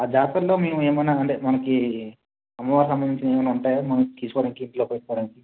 ఆ జాతరలో మేము ఏమన్నా అంటే మనకి అమ్మవారికి సంబంధించినవి ఏమైనా ఉంటాయా మనం తీసుకోడానికి ఇంట్లో పెట్టుకోడానికి